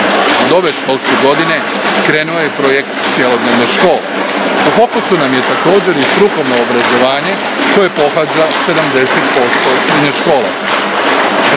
ove školske godine krenuo je i projekt cjelodnevne škole. U fokusu nam je također i strukovno obrazovanje koje pohađa 70% srednjoškolaca.